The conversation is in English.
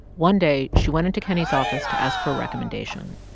one day, she went into kenney's office to ask for a recommendation.